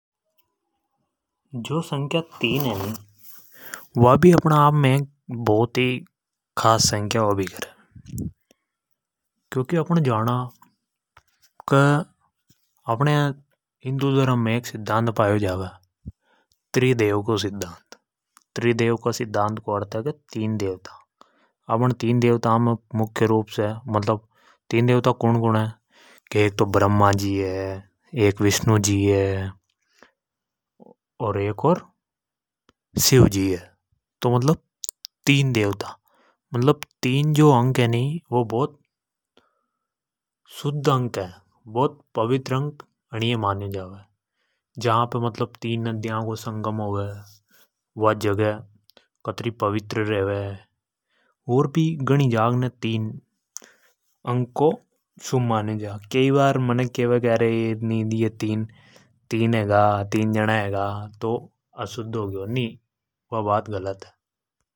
﻿जो संख्या तीन है नि वा भी अप ने आप में एक बहुत ही खास संख्या हो भी करें। के अप ण जाना अपने हिंदू धर्म में एक सिद्धांत पाया जा वे त्रिदेव को सिद्धांत त्रिदेव का सिद्धांत को अर्थ है की तीन देवता अब अ ण तीन देवता में मुख्य रूप से मतलब तीन देवता कुन -कुन है। के एक तो ब्रह्मा जी है एक विष्णु जी है अर एक और शिवजी है तो मतलब तीन देवता। मतलब तीन जो अंक है नि वह बहुत शुद्ध अंक है बहुत पवित्र अंक अनि ये मान्यो जावे। जहां प मतलब तीन नदियों को संगम होवे वा जगह कतरी पवित्र रेवे। और भी गणि जगह में तीन अंकों को शुभ मान्यो जा। कई बार मनख कहवे की अरे यह तीन हेगा तीन जणा तो अशुद्धि होगा नि वा बात गलत है।